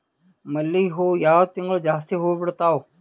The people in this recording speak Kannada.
ಮಲ್ಲಿಗಿ ಹೂವು ಯಾವ ತಿಂಗಳು ಜಾಸ್ತಿ ಹೂವು ಬಿಡ್ತಾವು?